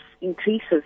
increases